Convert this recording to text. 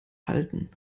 halten